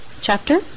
chapter